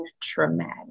traumatic